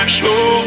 Show